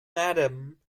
madame